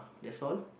that's all